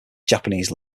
japanese